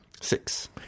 Six